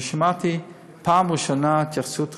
ושמעתי בפעם הראשונה התייחסות רצינית,